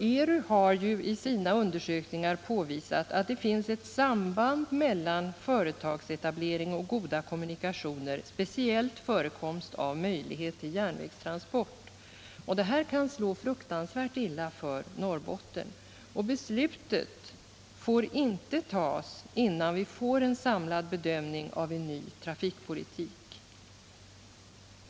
ERU har i sina undersökningar påvisat att det finns ett samband mellan företagsetablering och goda kommunikationer, speciellt möjlighet till järnvägstransport. Det här kan slå fruktansvärt illa för Norrbotten. Beslutet får inte tas innan vi får en samlad bedömning av en ny trafikpolitik.